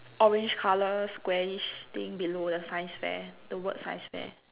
orange colour squarish thing below the science fair the word science fair